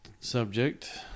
subject